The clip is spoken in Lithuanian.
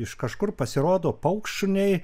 iš kažkur pasirodo paukštšuniai